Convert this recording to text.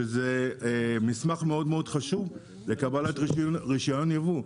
שזה מסמך מאוד מאוד חשוב לקבלת רישיון יבוא.